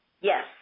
Yes